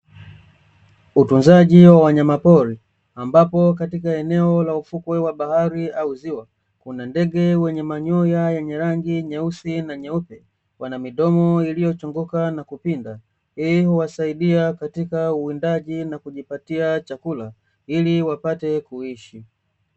Utunzaji wa wanyama pori, ambapo katika eneo la ufukwe wa bahari au ziwa, kuna ndege wenye manyoya yenye rangi nyeusi na nyeupe, wana midomo iliyochongoka na kupinda, hii huwasaidia katika uwindaji na kujipatia chakula, ili wapate kuishi.